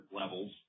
levels